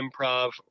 improv